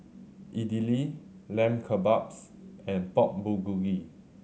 Idili Lamb Kebabs and Pork Bulgogi